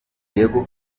diego